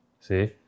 See